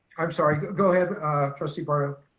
i'm sorry. go go ahead trustee barto,